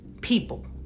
people